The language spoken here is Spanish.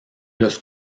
los